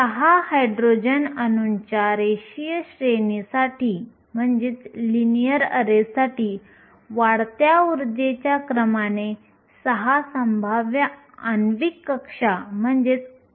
अशा परिस्थितीत आपल्याला आढळले की अवस्थांची घनता ऊर्जेच्या वर्गमूळाशी थेट प्रमाणात असते